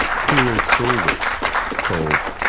poor old soul it's called,